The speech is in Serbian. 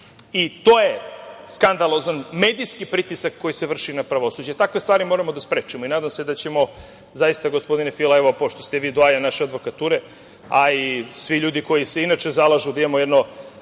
i to je skandalozan medijski pritisak koji se vrši na pravosuđe. Takve stvari moramo da sprečimo i nadam se da ćemo zaista, gospodine Fila, pošto ste vi doajen vaše advokature, a i svi ljudi koji se inače zalažu da imamo jedno